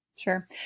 Sure